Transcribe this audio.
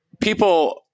people